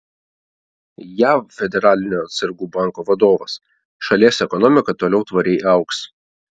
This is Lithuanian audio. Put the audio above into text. jav federalinio atsargų banko vadovas šalies ekonomika toliau tvariai augs